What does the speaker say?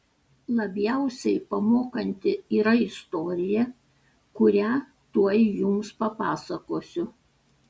labiausiai pamokanti yra istorija kurią tuoj jums papasakosiu